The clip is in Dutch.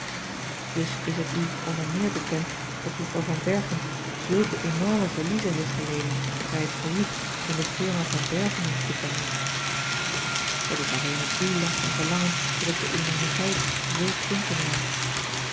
dus is het u onder meer bekend dat juffrouw van berchem zulke enorme verliezen heeft geleden bij het failliet van de firma van berchem comp het is alleen op uw last en verlangen dat ik de enormiteit z klinken laat